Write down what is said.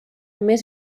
més